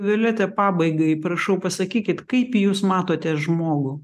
violeta pabaigai prašau pasakykit kaip jūs matote žmogų